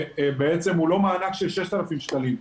הוא בעצם לא מענק של 6,000 שקלים.